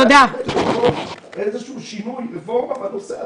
אולי יהיה איזשהו שינוי בנושא הזה.